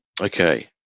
Okay